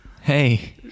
Hey